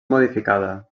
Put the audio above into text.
modificada